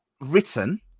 written